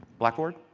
blackboard?